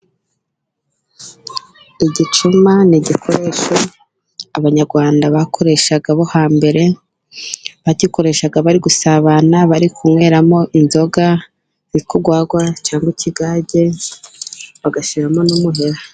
Igicuma ni igikoresho abanyarwanda bakoreshaga bo hambere, bagikoreshaga bari gusabana, bari kunyweramo inzoga zitwa inzagwa, cyangwa ikigage, bagashyiramo n'umuheha.